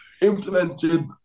implemented